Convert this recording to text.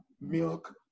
milk